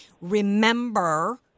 remember